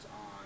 on